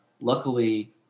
Luckily